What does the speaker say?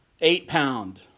eight-pound